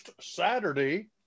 Saturday